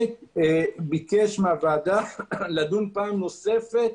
וביקש מהוועדה לדון פעם נוספת